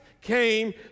came